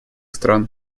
стран